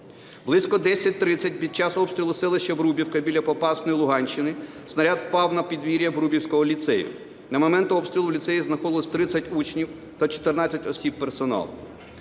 Близько 10:30 під час обстрілу селища Врубівка біля Попасної, Луганщина, снаряд впав на подвір'я Врубівського ліцею. На момент обстрілу в ліцеї знаходилося 30 учнів та 14 осіб персоналу.